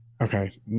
Okay